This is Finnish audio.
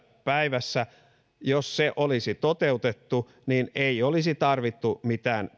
päivässä olisi toteutettu niin ei olisi tarvittu mitään